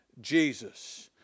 Jesus